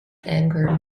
anger